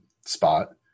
spot